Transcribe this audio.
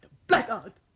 blaggard!